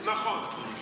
נכון.